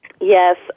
Yes